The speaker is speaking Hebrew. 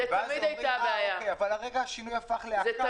אבל כרגע השינוי הפך להצעת חוק על ימי בידוד.